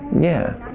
yeah.